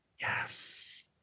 Yes